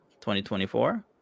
2024